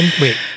Wait